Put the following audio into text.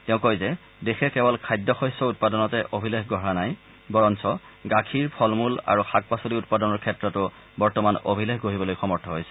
তেওঁ কয় যে দেশে কেৱল খাদ্য শস্য উৎপাদনতে অভিলেখ গঢ়া নাই বৰঞ্চ গাখীৰ ফল মূল আৰু শাক পাচলি উৎপাদনৰ ক্ষেত্ৰতো বৰ্তমান অভিলেখ গঢ়িবলৈ সমৰ্থ হৈছে